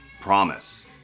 Promise